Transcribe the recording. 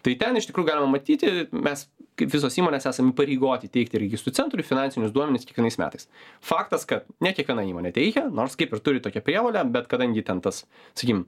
tai ten iš tikrųjų galima matyti mes kaip visos įmonės esam įpareigoti teikti registrų centrui finansinius duomenis kiekvienais metais faktas kad ne kiekviena įmonė teikia nors kaip ir turi tokią prievolę bet kadangi ten tas sakykim